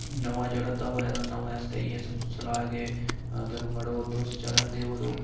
नमां चढ़ा दा होऐ नमें आस्तै इ'यै सलाह् ऐ कि अगर मड़ो तुस चढ़ा दे ओ